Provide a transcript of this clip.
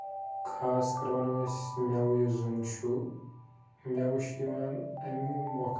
خاص کَر وَنو أسۍ مٮ۪وٕ یُس زن چھُ مٮ۪وٕ چھُ یِوان اَمہِ مۄکھ